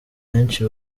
benshi